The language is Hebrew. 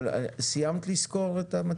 סיימת את הסקירה?